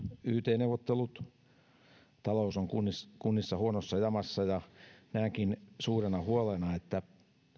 yt neuvottelut talous on kunnissa kunnissa huonossa jamassa ja näenkin suurena huolena sen että